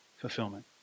fulfillment